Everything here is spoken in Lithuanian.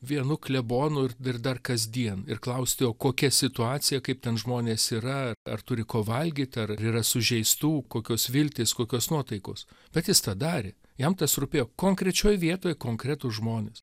vienu klebonu ir ir dar kasdien ir klausti o kokia situacija kaip ten žmonės yra ar turi ko valgyt ar yra sužeistų kokios viltys kokios nuotaikos bet jis tą darė jam tas rūpėjo konkrečioj vietoj konkretūs žmonės